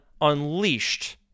Unleashed